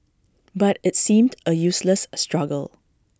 but it's seemed A useless struggle